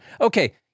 Okay